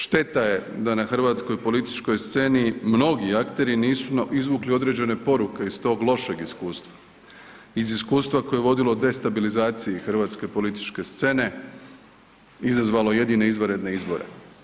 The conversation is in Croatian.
Šteta je što na hrvatskoj političkoj sceni mnogi akteri nisu izvukli određene poruke iz tog lošeg iskustva, iz iskustva koje je vodilo destabilizaciji hrvatske političke scene, izazvalo jedine izvanredne izbore.